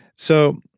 so,